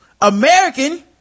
American